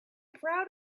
proud